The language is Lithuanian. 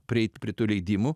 prieit prie tų leidimų